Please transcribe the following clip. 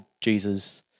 Jesus